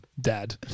Dad